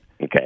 Okay